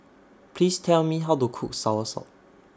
Please Tell Me How to Cook Soursop